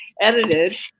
edited